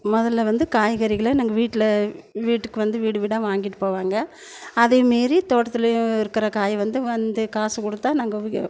முதல்ல வந்து காய்கறிகளை நாங்கள் வீட்டில் வீட்டுக்கு வந்து வீடு வீடாக வாங்கிகிட்டு போவாங்க அதே மாதிரி தோட்டத்திலையும் இருக்கிற காய் வந்து வந்து காசு கொடுத்தா நாங்கள்